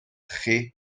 chi